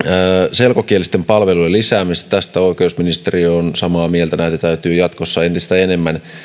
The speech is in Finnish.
selkokielisten palveluiden lisäämisestä tästä oikeusministeriö on samaa mieltä näitä täytyy jatkossa entistä enemmän